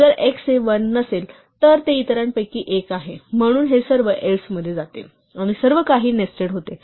जर x हे 1 नसेल तर ते इतरांपैकी एक आहे म्हणून हे सर्व else मध्ये जाते आणि सर्व काही नेस्टेड होते